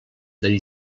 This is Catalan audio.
del